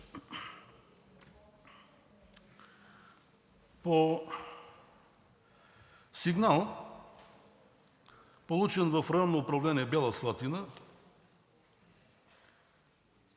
По сигнал, получен в Районно управление – Бяла Слатина,